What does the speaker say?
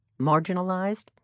marginalized